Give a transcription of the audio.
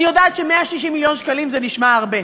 אני יודעת ש-160 מיליון שקלים זה נשמע הרבה,